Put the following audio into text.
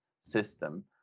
system